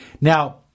Now